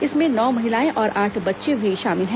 इसमें नौ महिलाएं और आठ बच्चें भी शामिल हैं